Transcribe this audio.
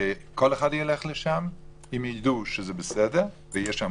אז כל אחד ילך לשם אם ידע שזה בסדר ושיש שם